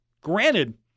granted